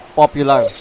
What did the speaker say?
popular